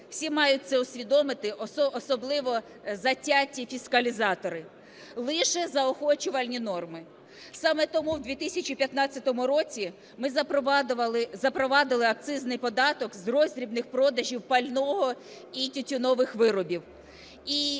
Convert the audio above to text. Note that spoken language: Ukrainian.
всі мають це усвідомити, особливо затяті фіскалізатори – лише заохочувальні норми. Саме тому в 2015 році ми запровадили акцизний податок з роздрібних продажів пального і тютюнових виробів